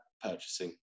purchasing